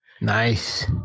Nice